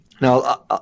Now